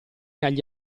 agli